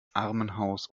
armenhaus